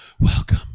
Welcome